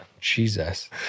Jesus